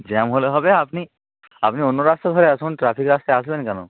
jam হলে হবে আপনি আপনি অন্য রাস্তা ধরে আসুন ট্র্যাফিক রাস্তায় আসবেন কেন